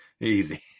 easy